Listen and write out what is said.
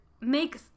makes